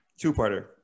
two-parter